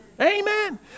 Amen